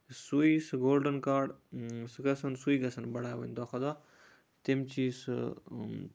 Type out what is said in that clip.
سُے سُہ golden card سُہ گژھن سُے گژھن بَڑاوٕنۍ دۄہ کھۄ دۄہ تِم چیٖز سُہ